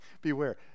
Beware